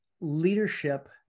leadership